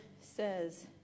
says